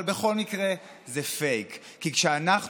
אבל בכל מקרה זה פייק, כי כשאנחנו